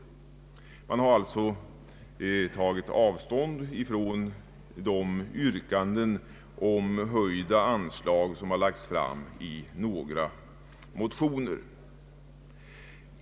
Reservanterna har alltså tagit avstånd från de yrkanden om höjda anslag som har lagts fram i några motioner.